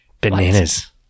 bananas